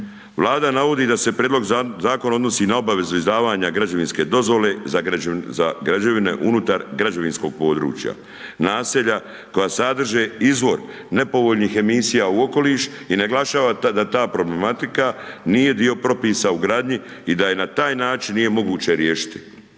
Vlada navodi da se prijedlog zakona odnosi na obavezu izdavanja građevinske dozvole za građevine unutar građevinskog područja, naselja koja sadrže izvor nepovoljnih emisija u okoliš i naglašava da ta problematika nije dio propisa u gradnji i da je na taj način nije moguće riješiti.